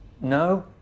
No